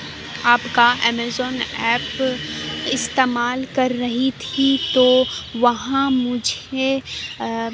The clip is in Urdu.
آپ کا امیزون ایپ استعمال کر رہی تھی تو وہاں مجھے